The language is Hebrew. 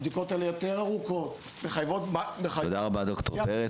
הבדיקות האלה יותר ארוכות --- תודה רבה ד"ר פרץ,